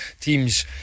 teams